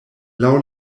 laŭ